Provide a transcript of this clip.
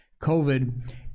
COVID